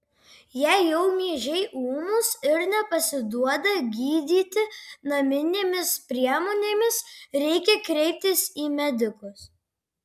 jei jau miežiai ūmūs ir nepasiduoda gydyti naminėmis priemonėmis reikia kreiptis į medikus